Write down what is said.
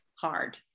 hard